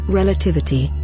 Relativity